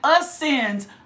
ascends